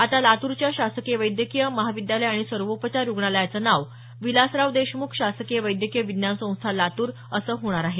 आता लातूरच्या शासकीय वैद्यकीय महाविद्यालय आणि सर्वोपचार रुग्णालयाचं नाव विलासराव देशम्ख शासकीय वैद्यकीय विज्ञान संस्था लातूर असं होणार आहे